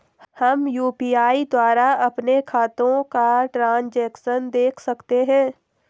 हम यु.पी.आई द्वारा अपने खातों का ट्रैन्ज़ैक्शन देख सकते हैं?